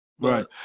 Right